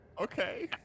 Okay